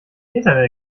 internet